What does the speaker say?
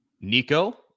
nico